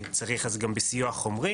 אם במקומות שצריך אז גם בסיוע חומרי.